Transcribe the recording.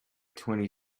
twenty